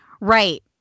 right